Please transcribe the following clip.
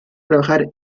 trabajar